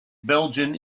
belgian